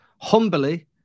humbly